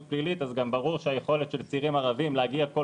פלילית אז גם ברור שהיכולת של צעירים ערבים להגיע כל